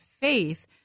faith